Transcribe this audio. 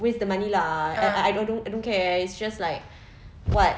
waste the money lah I I don't don't care it's just like what